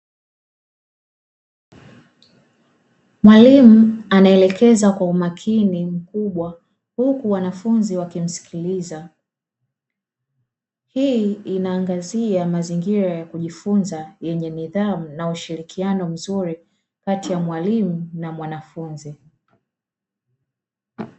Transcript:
Mwalimu anaelekeza kwa umakini mkubwa huku wanafunzi wakimsikiliza. Hii inaangazia mazingira ya kujifunza yenye nidhamu na ushirikiano mzuri kati ya mwalimu na mwanafunzi.